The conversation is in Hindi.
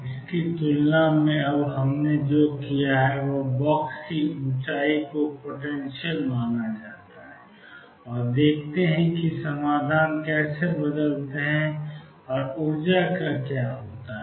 इसकी तुलना में अब हमने जो किया है वह बॉक्स की ऊंचाई को पोटेंशियल माना जाता है और देखते हैं कि समाधान कैसे बदलते हैं और ऊर्जा का क्या होता है